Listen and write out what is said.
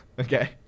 Okay